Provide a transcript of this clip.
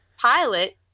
pilot